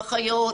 אחיות,